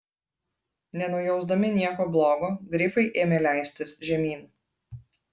nenujausdami nieko blogo grifai ėmė leistis žemyn